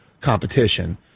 competition